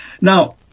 Now